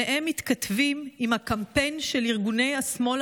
שניהם מתכתבים עם הקמפיין של ארגוני השמאל